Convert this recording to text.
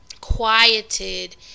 quieted